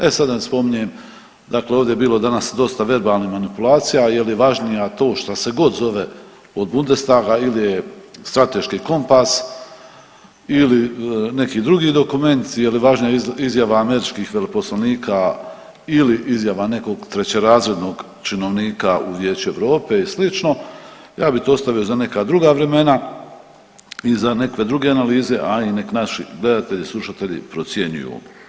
E sad da ne spominje, dakle ovdje je bilo danas dosta verbalnih manipulacija je li važnija tu šta se god zove od Bundestaga ili je strateški kompas ili neki drugi dokument, je li važnija izjava američkih veleposlanika ili izjava nekog trećerazrednog činovnika u Vijeću Europe i slično, ja bi to ostavio za neka druga vremena i za nekakve druge analize, a i nek naši gledatelji i slušatelji procjenjuju.